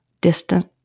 distant